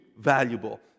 valuable